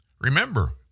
Remember